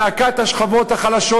זעקת השכבות החלשות,